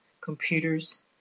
computers